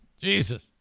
Jesus